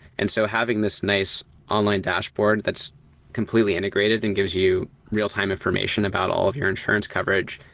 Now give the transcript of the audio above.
and so having this nice online dashboard that's completely integrated and gives you real-time information about all of your insurance coverage,